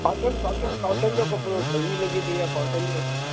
cotton cotton cotton जो कपिड़ो गरमी लॻी पेई आहे कॉटन जो इस्तेमालु